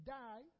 die